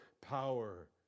power